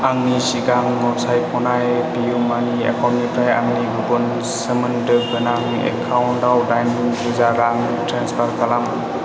आंनि सिगाङाव सायख'नाय पेइउमानि एकाउन्टनिफ्राय आंनि गुबुन सोमोन्दो गोनां एकाउन्टाव डाइन रोजा रां ट्रेन्सफार खालाम